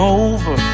over